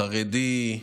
חרדי,